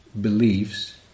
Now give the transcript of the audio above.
beliefs